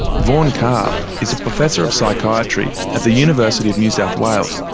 vaughan carr is a professor of psychiatry at the university of new south wales.